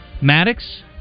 Maddox